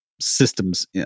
systems